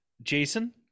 Jason